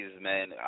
man